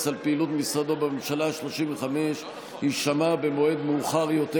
על פעילות משרדו בממשלה השלושים-וחמש יישמע במועד מאוחר יותר.